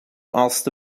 erste